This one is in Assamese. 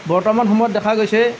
বৰ্তমান সময়ত দেখা গৈছে